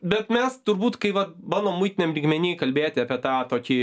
bet mes turbūt kai va bandom muitiniam lygmeny kalbėti apie tą tokį